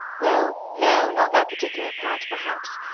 well, no, not that particular part, perhaps.